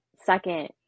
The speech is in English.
second